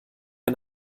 ein